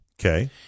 Okay